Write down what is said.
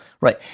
Right